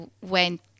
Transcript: went